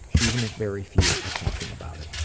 even if very few are talking about it.